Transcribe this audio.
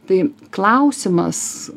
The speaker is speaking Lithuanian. tai klausimas